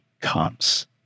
comes